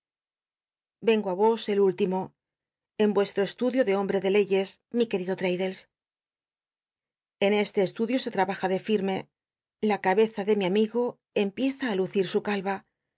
vengo i os el último en mesh'o estudio de hombre de leyes mi querido l'raddles j n este estudio se trabaja de fl mc la cabeza de mi amigo empieza á lucir su calra